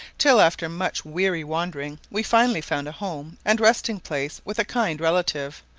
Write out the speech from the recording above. till after much weary wandering we finally found a home and resting-place with a kind relative,